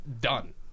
Done